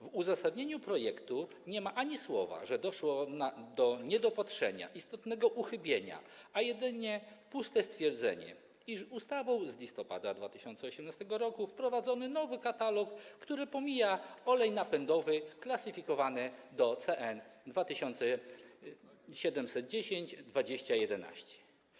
W uzasadnieniu projektu nie ma ani słowa, że doszło do niedopatrzenia istotnego uchybienia, jest jedynie puste stwierdzenie, iż ustawą z listopada 2018 r. wprowadzono nowy katalog, który pomija olej napędowy klasyfikowany do CN 2710 20 11.